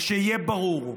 ושיהיה ברור: